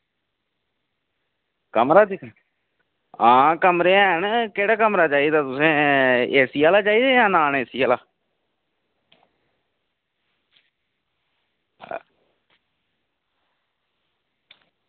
कमरा दिक्खना आं कमरे हैन केह्ड़ा कमरा चाहिदा तुसें एसी आह्ला चाहिदा जां नॉन एसी आह्ला